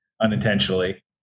unintentionally